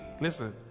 listen